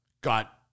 got